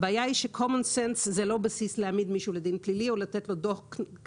הבעיה היא שקומנסנס הוא לא בסיס להעמיד מישהו לדין פלילי או לתת לו קנס,